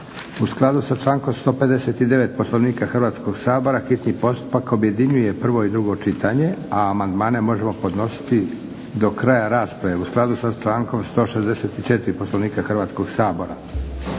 U skladu sa člankom 159. Poslovnika Hrvatskoga sabora hitni postupak objedinjuje prvo i drugo čitanje a amandmane možemo podnositi do kraja rasprave u skladu sa člankom 164. Poslovnika Hrvatskoga sabora.